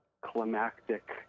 climactic